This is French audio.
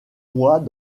mois